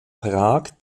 prag